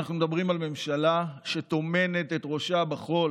אנחנו מדברים על ממשלה שטומנת את ראשה בחול,